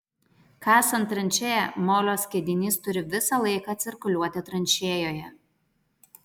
kasant tranšėją molio skiedinys turi visą laiką cirkuliuoti tranšėjoje